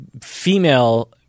female